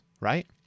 right